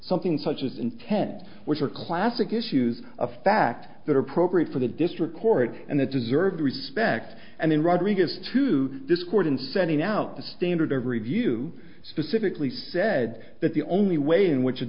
something such as intent which are classic issues a fact that are appropriate for the district court and it's observed to respect and in rodrigues to this court in setting out the standard of review specifically said that the only way in which